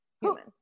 human